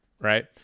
right